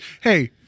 Hey